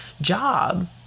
job